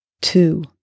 two